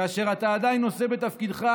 כאשר אתה עדיין נושא בתפקידך,